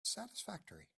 satisfactory